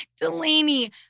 Delaney